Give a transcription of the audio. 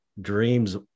dreams